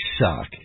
suck